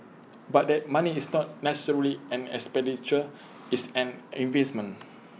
but that money is not necessarily an expenditure it's an investment